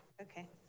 okay